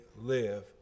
live